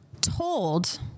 told